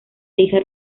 hija